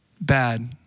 bad